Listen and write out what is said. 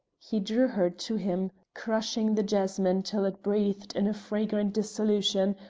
he drew her to him, crushing the jasmine till it breathed in a fragrant dissolution,